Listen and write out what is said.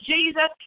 Jesus